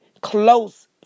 close